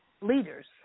leaders